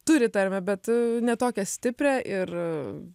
turi tarmę bet ne tokią stiprią ir